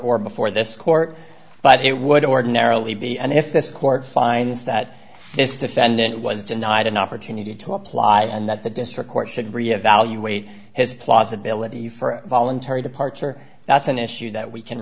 or before this court but it would ordinarily be and if this court finds that this defendant was denied an opportunity to apply and that the district court should re evaluate his plausibility for a voluntary departure that's an issue that we can